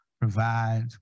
provide